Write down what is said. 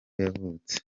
yavutse